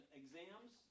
exams